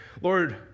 lord